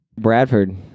Bradford